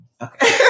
Okay